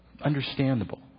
understandable